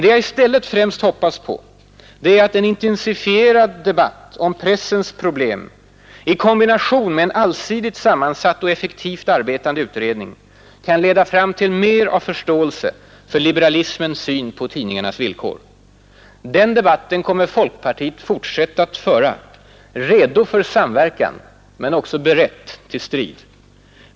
Det jag i stället främst hoppas på är att en intensifierad debatt om pressens problem i kombination med en allsidigt sammansatt och effektivt arbetande utredning kan leda fram till mer av förståelse för liberalismens syn på tidningarnas villkor. Den debatten kommer folkpartiet att fortsätta att föra, redo för samverkan men också berett till strid.